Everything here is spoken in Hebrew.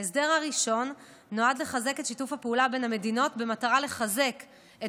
ההסדר הראשון נועד לחזק את שיתוף הפעולה בין המדינות במטרה לחזק את